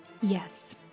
Yes